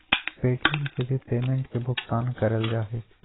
Paytm से भी payment के भुगतान करल जा हय